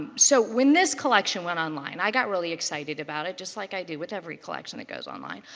so when this collection went online, i got really excited about it, just like i do with every collection that goes online.